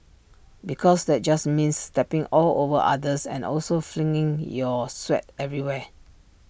because that just means stepping all over others and also flinging your sweat everywhere